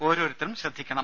ഓരോരുത്തരും ശ്രദ്ധിക്കണം